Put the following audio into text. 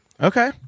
Okay